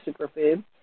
superfood